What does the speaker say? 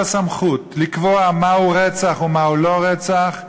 הסמכות לקבוע מהו רצח ומהו לא רצח,